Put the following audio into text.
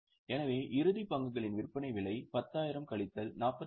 எனவே இறுதி பங்குகளின் விற்பனை விலை 10000 கழித்தல் 46